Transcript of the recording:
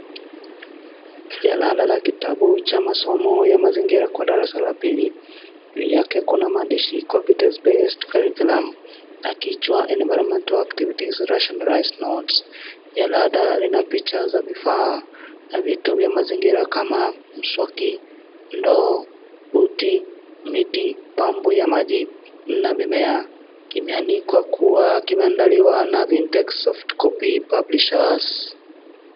Jalada la kitabu cha masomo ya mazingira kwa darasa la pili juu yake kuna maandishi competency based curriculum na kichwa environmental activities rationalised notes . Jalada lina picha ya vifaa na vitu vya mazingira kama mswaki , ndoo, uti , miti pampu ya maji na mimea, kimeandikwa kuwa kimeandaliwa na Vintex soft copy publishers .